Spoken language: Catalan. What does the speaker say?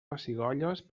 pessigolles